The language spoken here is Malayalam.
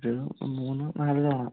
ഒര് മൂന്ന് നാല് തവണ